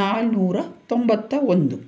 ನಾಲ್ನೂರ ತೊಂಬತ್ತ ಒಂದು